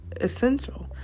essential